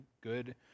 good